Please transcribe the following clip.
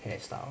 hairstyle